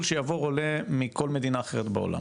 שצריך לעבור עולה מכל מדינה אחרת בעולם,